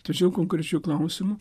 tačiau konkrečiu klausimu